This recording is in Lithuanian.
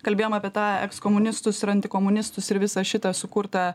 kalbėjom apie tą ekskomunistus ir antikomunistus ir visą šitą sukurtą